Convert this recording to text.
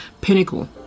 pinnacle